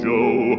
Joe